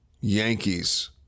Yankees